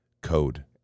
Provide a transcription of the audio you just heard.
code